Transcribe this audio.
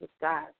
God